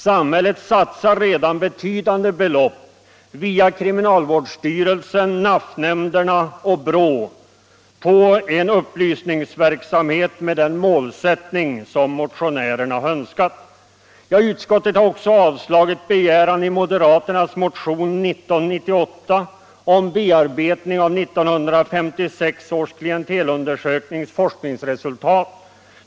Samhället satsar redan betydande belopp via kriminalvårdsstyrelsen, NAFF-nämnderna och BRÅ på en upplysningsverksamhet med den målsättning som motionärerna önskat. Utskottet har också avstyrkt moderaternas begäran i motionen 1998 om bearbetning av 1956 års klientelundersöknings forskningsresultat.